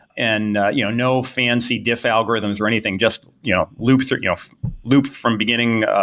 and you know no fancy diff algorithms or anything, just you know loop sort of loop from beginning,